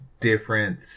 difference